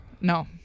No